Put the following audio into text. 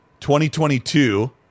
2022